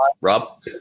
Rob